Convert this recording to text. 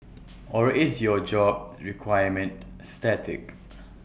or is your job requirement static